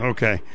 Okay